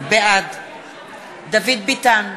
בעד דוד ביטן,